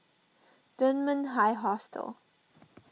Dunman High Hostel